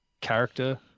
character